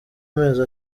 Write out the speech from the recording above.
amezi